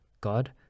God